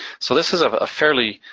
so this is a fairly